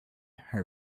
her